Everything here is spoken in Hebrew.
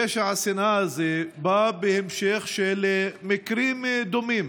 פשע השנאה הזה בא בהמשך למקרים דומים